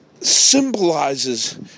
symbolizes